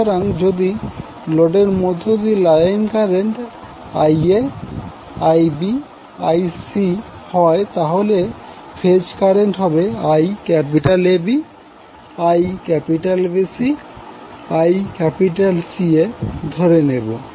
সুতরাং যদি লোডের মধ্যদিয়ে line current Ia Ib Ic হয় তাহলে আমরা ফেজ কারেন্ট সমান IAB IBC এবং ICAধরে নেবো